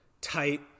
tight